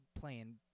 playing